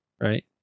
right